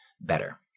better